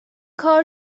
کار